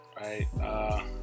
right